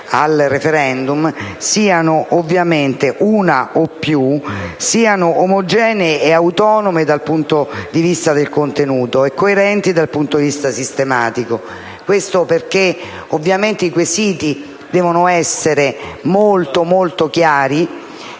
a *referendum*, una o più, debbano essere omogenee ed autonome dal punto di vista del contenuto e coerenti dal punto di vista sistematico. Questo perché ovviamente i quesiti devono essere molto chiari;